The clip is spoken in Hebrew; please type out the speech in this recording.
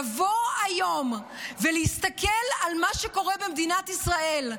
לבוא היום ולהסתכל על מה שקורה במדינת ישראל,